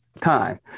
time